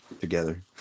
together